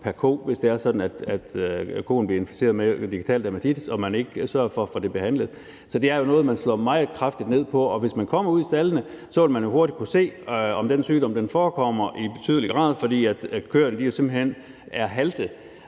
pr. ko, hvis det er sådan, at koen bliver inficeret med digital dermatitis og man ikke sørger for at få det behandlet. Så det er jo noget, man slår meget kraftigt ned på. Hvis man kommer ude i staldene, vil man jo hurtigt kunne se, om den sygdom forekommer i betydelig grad, simpelt hen fordi køerne bliver halte.